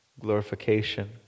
glorification